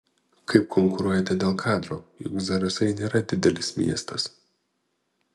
kaip konkuruojate dėl kadro juk zarasai nėra didelis miestas